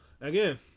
Again